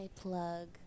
plug